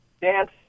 dance